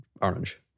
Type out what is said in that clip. orange